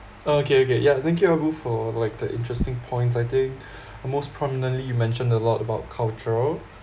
okay okay yeah thank you ah-bu for like the interesting points I think most prominently you mentioned a lot about cultural